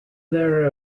there